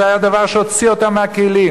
זה היה דבר שהוציא אותו מהכלים.